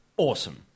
Awesome